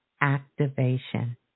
activation